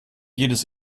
jedes